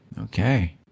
Okay